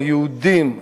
על יהודים,